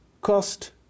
Cost